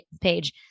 page